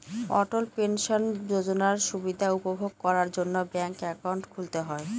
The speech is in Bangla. অটল পেনশন যোজনার সুবিধা উপভোগ করার জন্য ব্যাঙ্ক একাউন্ট খুলতে হয়